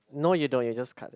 no you don't you just cut it